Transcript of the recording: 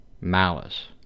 malice